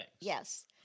Yes